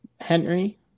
Henry